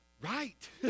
Right